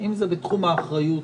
אם זה בתחום האחריות,